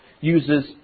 uses